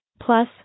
Plus